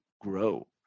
grow